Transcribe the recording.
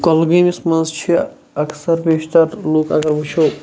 کۄلگٲمِس مَنٛز چھِ اَکثر بیشتر لوٗکھ اَگَر وُچھو